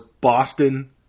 Boston